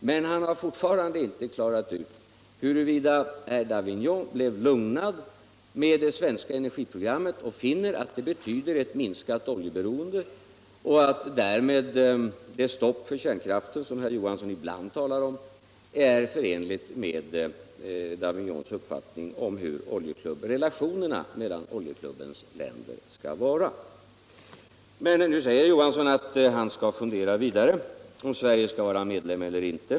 Men han har fortfarande inte klarat ut huruvida herr Davignon blev lugnad då det gäller det svenska energiprogrammet och finner att det betyder ett minskat oljeberoende och att därmed det stopp för kärnkraften som herr Johansson ibland talar om är förenligt med herr Davignons uppfattning om hur relationerna mellan Oljeklubbens länder skall vara. Nu säger herr Johansson att han skall fundera vidare på frågan om Sverige skall vara medlem eller inte.